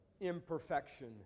imperfection